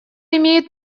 имеет